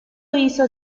hizo